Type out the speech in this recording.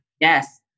Yes